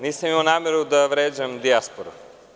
Nisam imao nameru da vređam dijasporu.